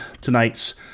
tonight's